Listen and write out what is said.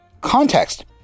context